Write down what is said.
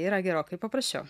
yra gerokai paprasčiau